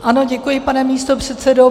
Ano, děkuji, pane místopředsedo.